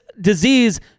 disease